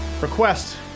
request